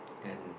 and